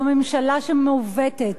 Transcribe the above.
זו ממשלה מעוותת,